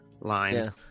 line